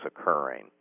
occurring